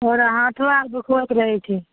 आओर हाथो आओर दुखबैत रहै छै